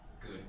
good